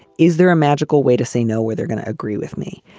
is there a magical way to say no where they're going to agree with me?